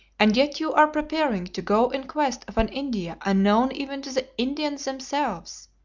and yet you are preparing to go in quest of an india unknown even to the indians themselves.